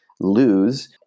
lose